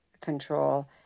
control